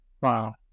Wow